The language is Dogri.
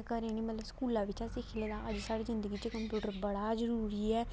घरै निं मतलब स्कूला बिच्च सिक्खी लैदा अज्ज साढी जिंदगी च कंप्यूटर बड़ा जरूरी ऐ